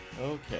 Okay